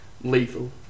lethal